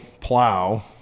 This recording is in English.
plow